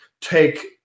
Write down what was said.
take